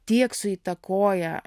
tiek suįtakoja